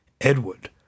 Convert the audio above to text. Edward